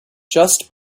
just